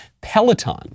Peloton